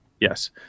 yes